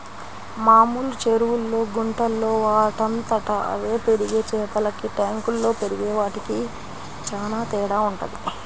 మామూలు చెరువుల్లో, గుంటల్లో వాటంతట అవే పెరిగే చేపలకి ట్యాంకుల్లో పెరిగే వాటికి చానా తేడా వుంటది